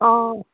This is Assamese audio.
অঁ